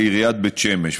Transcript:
לעיריית בית שמש.